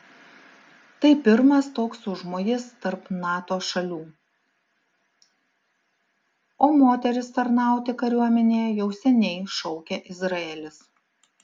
tai pirmas toks užmojis tarp nato šalių o moteris tarnauti kariuomenėje jau seniai šaukia izraelis